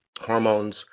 hormones